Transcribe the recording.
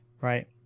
Right